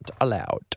allowed